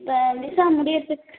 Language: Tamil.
இப்போ விசா முடிகிறதுக்கு